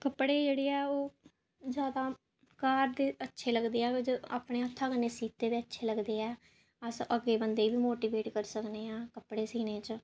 कपड़े जेह्ड़े ऐ ओह् जैदा घर दे अच्छे लगदे ऐ अपने हत्था कन्नै सीते दे अच्छे लगदे ऐ बस अगले बंदे गा मोटिवेट करी सकनेआं कपड़े सीने च